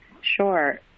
sure